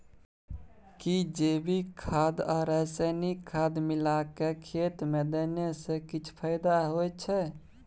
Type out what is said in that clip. कि जैविक खाद आ रसायनिक खाद मिलाके खेत मे देने से किछ फायदा होय छै?